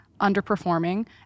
underperforming